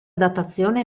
datazione